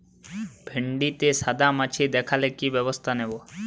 ভিন্ডিতে সাদা মাছি দেখালে কি ব্যবস্থা নেবো?